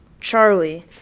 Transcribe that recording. Charlie